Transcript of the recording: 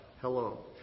hello